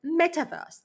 metaverse